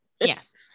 Yes